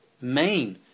main